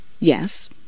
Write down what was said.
Yes